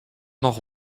noch